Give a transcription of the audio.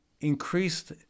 increased